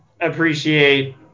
appreciate